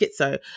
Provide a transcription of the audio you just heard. schizo